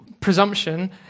presumption